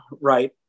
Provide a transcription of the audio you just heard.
right